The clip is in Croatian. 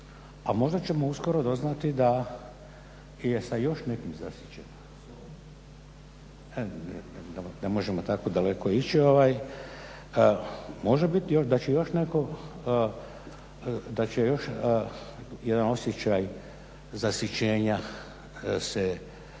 a možda ćemo uskoro doznati da je sa još nekim zasićen. Dobro ne možemo tako daleko ići. Može biti da će još netko, da će još jedan osjećaj zasićenja se